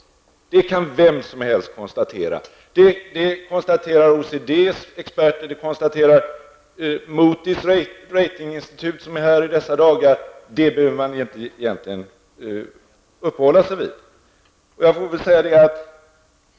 Att den är kris kan vem som helst konstatera -- det konstaterar OECDs experter, det konstaterar Moody's ratinginstitut, som är här i dessa dagar. Detta behöver man egentligen inte uppehålla sig vid.